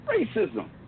Racism